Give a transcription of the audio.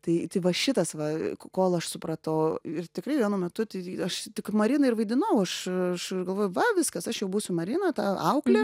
tai tai va šitas va kol aš supratau ir tikrai vienu metu tai aš tik mariną ir vaidinau aš aš galvoju va viskas aš jau būsiu marina ta auklė